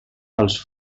els